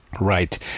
Right